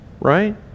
Right